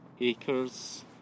acres